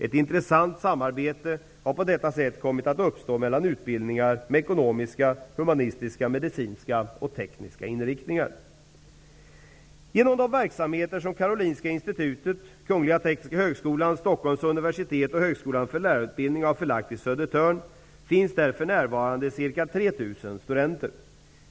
Ett intressant samarbete har på detta sätt kommit att uppstå mellan utbildningar med ekonomiska, humanistiska, medicinska och tekniska inriktningar. Genom de verksamheter som Karolinska institutet, Kungl. Tekniska högskolan, Stockholms universitet och Högskolan för lärarutbildning har förlagt till Södertörn finns där för närvarande ca 3 000 studenter.